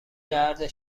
درد